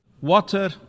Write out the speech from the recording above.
Water